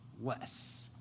less